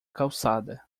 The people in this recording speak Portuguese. calçada